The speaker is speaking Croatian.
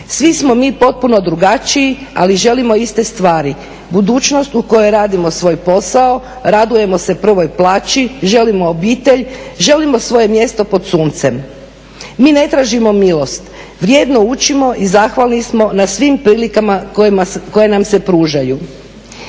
Svi smo mi potpuno drugačiji ali želimo iste stvari, budućnost u kojoj radimo svoj posao, radujemo se prvoj plaći, želimo obitelj, želimo svoje mjesto pod suncem. Mi ne tražimo milost, vrijedno učimo i zahvalni smo na svim prilikama koje nam se pružaju.